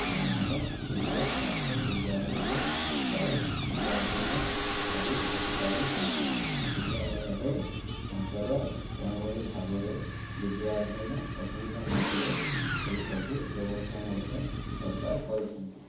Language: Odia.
ପିଲାମାନେ ନିଜ ପାଖ ବିଦ୍ୟାଳୟରେ ଯାଇ ବିଦ୍ୟା ଅର୍ଜନ କରି ଆସିପାରୁଛନ୍ତି ବିଦ୍ୟାଳୟରେ ତାଙ୍କର କେଉଁଭଳି ଭାବରେ ବିଦ୍ୟା ଅର୍ଜନ ଅସୁବିଧା ନହୁଏ ସେହି ସବୁ ବ୍ୟବସ୍ଥା ମଧ୍ୟ ସରକାର କରିଛନ୍ତି